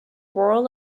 rural